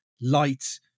light